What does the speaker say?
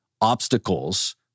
obstacles